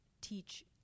teach